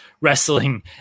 wrestling